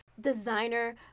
designer